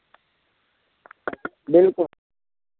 बिल्कुल